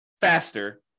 faster